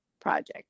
project